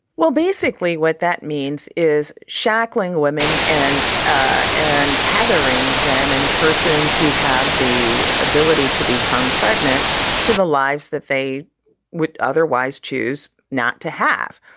well, basically, what that means is shackling women and ah and tethering them and persons who have the ability to become pregnant to the lives that they would otherwise choose not to have.